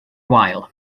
wael